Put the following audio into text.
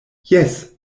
jes